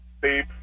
beep